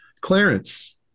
Clarence